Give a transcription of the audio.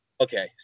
okay